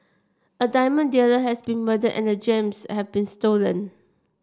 a diamond dealer has been murdered and the gems have been stolen